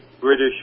British